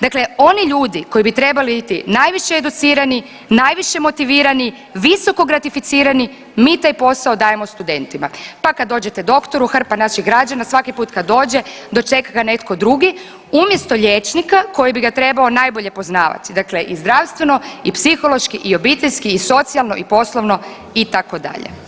Dakle, oni ljudi koji bi trebali biti najviše educirani, najviše motivirani, visoko gratificirani mi taj posao dajemo studentima, pa kad dođete doktoru hrpa naših građana svaki put kad dođe dočeka ga netko drugi umjesto liječnika koji bi ga trebao najbolje poznavati, dakle i zdravstveno i psihološko i obiteljski i socijalno i poslovno itd.